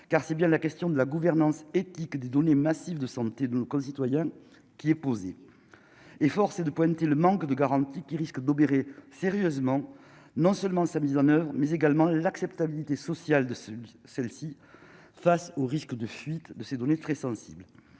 car c'est bien la question de la gouvernance éthique des données massives de santé de nos concitoyens qui est posée, et force est de pointer le manque de garanties qui risquent d'obérer sérieusement non seulement sa mise en Oeuvres mais également l'acceptabilité sociale de celle-ci, face au risque de fuite de ses données très sensibles